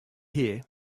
here